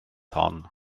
hon